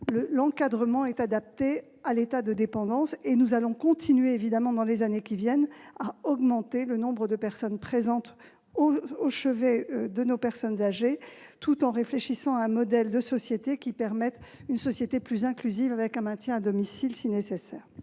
donc d'ores et déjà adapté au niveau de dépendance. Nous allons continuer, dans les années qui viennent, à augmenter le nombre de personnes présentes au chevet de nos personnes âgées, tout en réfléchissant à un modèle de société qui permette une société plus inclusive et le maintien à domicile si nécessaire.